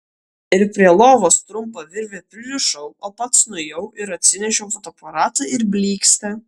ir prie lovos trumpa virve pririšau o pats nuėjau ir atsinešiau fotoaparatą ir blykstę